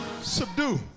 subdue